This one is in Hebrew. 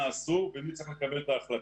מה אסור ומי צריך לקבל את ההחלטה.